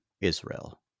Israel